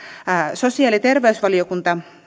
sosiaali ja terveysvaliokunta